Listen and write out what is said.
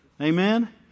Amen